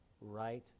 right